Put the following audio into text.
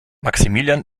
maximilian